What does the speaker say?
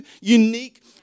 unique